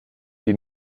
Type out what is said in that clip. die